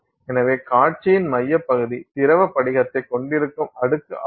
எனவே காட்சியின் மைய பகுதி திரவ படிகத்தைக் கொண்டிருக்கும் அடுக்கு ஆகும்